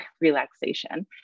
relaxation